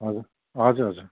हजुर हजुर